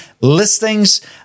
Listings